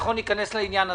ייכנס לעניין הזה.